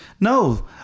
No